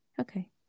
Okay